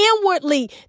inwardly